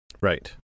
Right